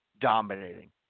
Dominating